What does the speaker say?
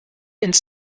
ins